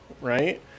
right